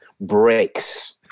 breaks